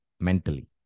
mentally